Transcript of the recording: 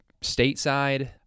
stateside